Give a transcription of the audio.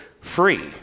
free